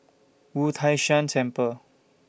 Wu Tai Shan Temple